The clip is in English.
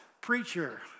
preacher